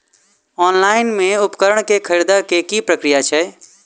Online मे उपकरण केँ खरीदय केँ की प्रक्रिया छै?